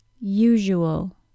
usual